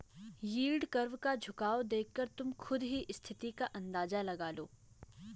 yield curve का झुकाव देखकर तुम खुद ही स्थिति का अंदाजा लगा लो